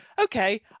okay